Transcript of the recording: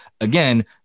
Again